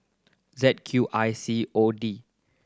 Z Q I C O D